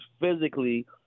physically